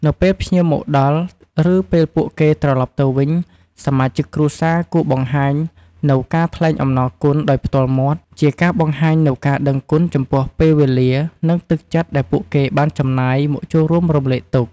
នៅពេលភ្ញៀវមកដល់ ឬពេលពួកគេត្រឡប់ទៅវិញ សមាជិកគ្រួសារគួរបង្ហាញនូវ ការថ្លែងអំណរគុណ ដោយផ្ទាល់មាត់ ជាការបង្ហាញនូវការដឹងគុណចំពោះពេលវេលា និងទឹកចិត្តដែលពួកគេបានចំណាយមកចូលរួមរំលែកទុក្ខ។